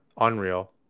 Unreal